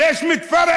מדוע אתה מתנהג